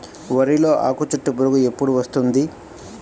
వరిలో ఆకుచుట్టు పురుగు ఎప్పుడు వస్తుంది?